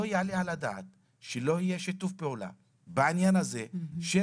לא יעלה על הדעת שלא יהיה שיתוף פעולה בעניין הזה של